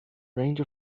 range